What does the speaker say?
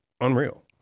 Unreal